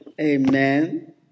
Amen